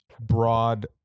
broad